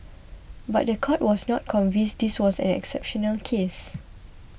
but the court was not convinced this was an exceptional case